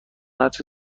هرچه